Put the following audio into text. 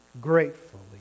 gratefully